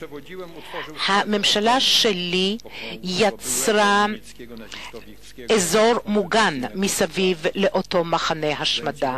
הממשלה שלי יצרה אזור מוגן מסביב לאותו מחנה השמדה.